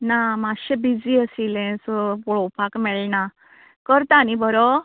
ना मात्शें बिजी आशिल्लें तो पळोवपाक मेळना करता न्ही बरो